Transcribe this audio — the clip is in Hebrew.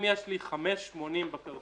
אם יש לי 5.80 בכרטיס